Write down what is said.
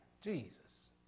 Jesus